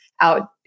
out